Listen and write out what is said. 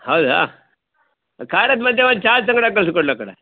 ಹೌದಾ ಖಾರದ ಮಧ್ಯ ಒಂದು ಚಾ ಸಂಗಡ ಕಳ್ಸಿ ಕೊಡ್ಲಾಕಡ